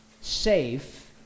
safe